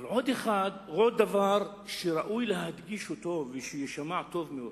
אבל עוד דבר שראוי להדגיש אותו שיישמע טוב מאוד,